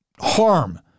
harm